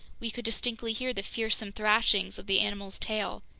we could distinctly hear the fearsome thrashings of the animal's tail,